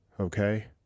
Okay